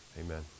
Amen